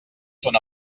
són